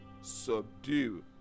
subdue